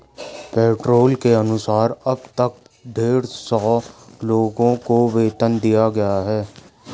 payroll के अनुसार अब तक डेढ़ सौ लोगों को वेतन दिया गया है